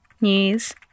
news